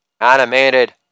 animated